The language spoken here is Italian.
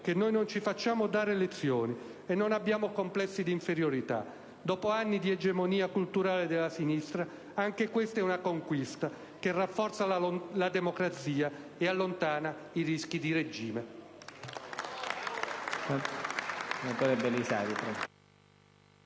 che noi non ci facciamo dare lezioni e che non abbiamo complessi di inferiorità. Dopo anni di egemonia culturale della sinistra, anche questa è una conquista che rafforza la democrazia e allontana i rischi di regime.